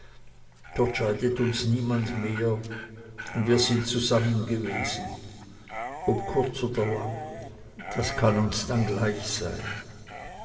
dort scheidet uns niemand mehr und wir sind zusammen gewesen ob kurz oder lang das kann uns dann gleich sein